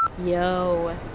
Yo